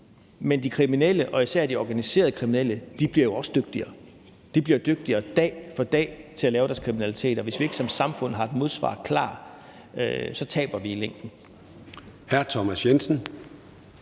Men de kriminelle og især de organiserede kriminelle bliver jo også dygtigere. De bliver dygtigere dag for dag til at lave deres kriminalitet. Og hvis vi ikke som samfund har et modsvar klar, taber vi i længden.